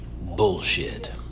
Bullshit